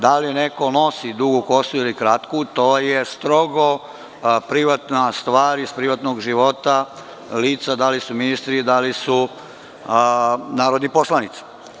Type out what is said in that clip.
Da li neko nosi dugu ili kratku kosu, to je strogo privatna stvar iz privatnog života lica, da li su ministri, da li su narodni poslanici.